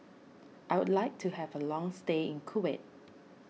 I would like to have a long stay in Kuwait